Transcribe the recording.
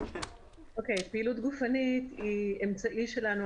פעילות גופנית היא אמצעי שלנו,